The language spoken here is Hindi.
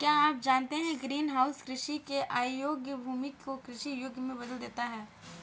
क्या आप जानते है ग्रीनहाउस कृषि के अयोग्य भूमि को कृषि योग्य भूमि में बदल देता है?